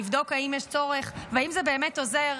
לבדוק אם יש צורך ואם זה באמת עוזר,